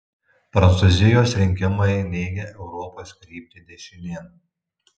prancūzijos rinkimai neigia europos kryptį dešinėn